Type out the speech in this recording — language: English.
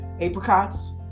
apricots